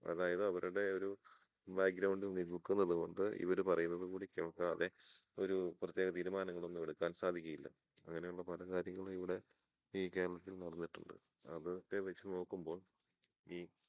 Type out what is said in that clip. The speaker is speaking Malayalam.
അതായത് അവരുടെ ഒരു ബാക്ഗ്രൗണ്ടിൽ നിൽക്കുന്നത് കൊണ്ട് ഇവർ പറയുന്നത് കൂടി കേൾക്കാതെ ഒരു പ്രത്യേക തീരുമാനങ്ങളൊന്നും എടുക്കാൻ സാധിക്കുകയില്ല അങ്ങനെയുള്ള പല കാര്യങ്ങളും ഇവിടെ ഈ കേരളത്തിൽ നടന്നിട്ടുണ്ട് അതൊക്കെ വച്ചു നോക്കുമ്പോൾ ഈ